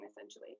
essentially